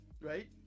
right